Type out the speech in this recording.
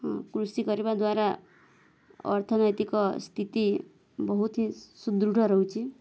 ହଁ କୃଷି କରିବା ଦ୍ୱାରା ଅର୍ଥନୈତିକ ସ୍ଥିତି ବହୁତ ହିଁ ସୁଦୃଢ଼ ରହୁଛି